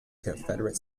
confederate